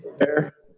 there